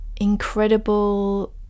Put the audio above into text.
incredible